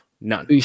None